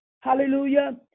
hallelujah